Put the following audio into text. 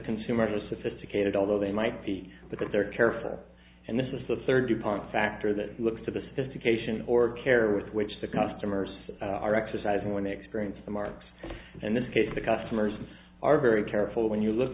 consumer sophisticated although they might be but they're careful and this is the third department factor that looks at the sophistication or care with which the customers are exercising when they experience the marks in this case the customers and are very careful when you look